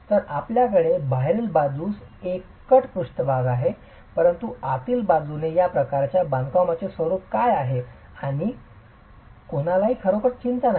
तर आपल्याकडे बाहेरील बाजूस एक कट पृष्ठभाग आहे परंतु आतील बाजूनेया प्रकारच्या बांधकामाचे स्वरूप काय आहे याची कोणालाही खरोखर चिंता नाही